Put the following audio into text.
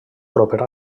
proper